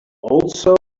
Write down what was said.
also